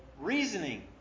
reasoning